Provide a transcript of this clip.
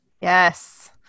Yes